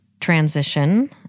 transition